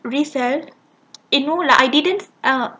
resell eh no lah I didn't eh